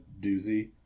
doozy